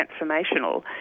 transformational